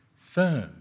firm